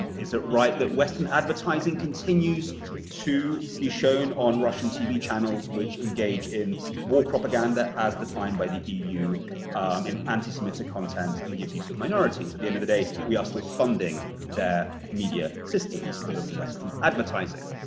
is it right that western advertising continues to be shown on russian tv channels which engage in war propaganda as defined by the eu and anti-semitic content and the abuse of minorities? at the end of the day, we are still funding their media system. it's full of western advertising.